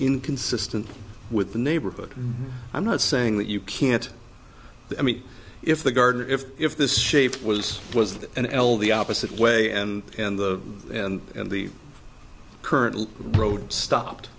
inconsistent with the neighborhood i'm not saying that you can't i mean if the gardener if if this shape was was an l the opposite way and the and the current road stopped